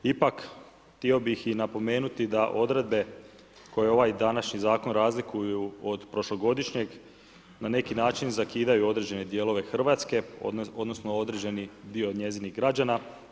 Ipak htio bih napomenuti da odredbe koje ovaj današnji zakon razlikuju od prošlogodišnjeg na neki način zakidaju određene dijelove Hrvatske odnosno određeni dio njezinih građana.